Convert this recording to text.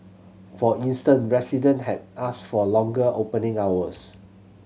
for instance resident had asked for longer opening hours